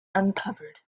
uncovered